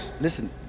listen